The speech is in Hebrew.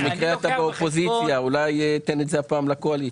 הזה ואי-אפשר לשווק ולבנות ללא הכביש.